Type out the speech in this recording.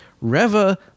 Reva